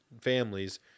families